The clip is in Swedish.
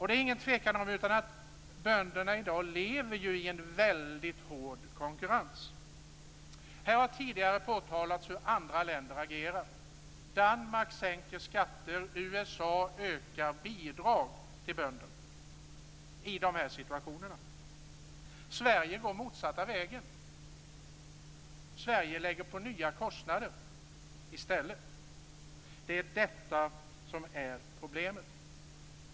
Det är ingen tvekan om att bönderna i dag lever i en väldigt hård konkurrens. Här har tidigare påtalats hur andra länder agerar. Danmark sänker skatter, USA ökar bidrag till bönder. Sverige går den motsatta vägen. Sverige lägger i stället på nya kostnader. Det är detta som är problemet.